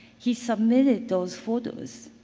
he submitted those photos.